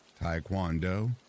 Taekwondo